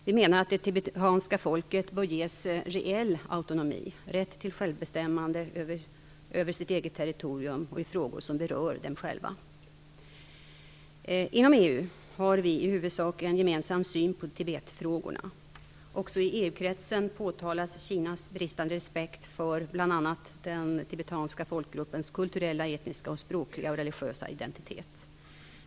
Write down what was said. Vi menar att det tibetanska folket bör ges reell autonomi, rätt till självbestämmande, över sitt eget territorium och i frågor som berör dem själva. Inom EU har vi i huvudsak en gemensam syn på Tibetfrågorna. Också i EU-kretsen påtalas Kinas bristande respekt för bl.a. den tibetanska folkgruppens kulturella, etniska, språkliga och religiösa identitet.